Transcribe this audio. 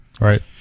right